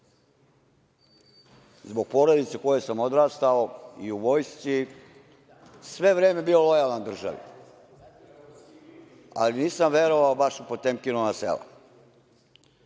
zbog porodice u kojoj sam odrastao i u vojsci, sve vreme bio lojalan državi, ali nisam verovao baš u Potemkinova sela.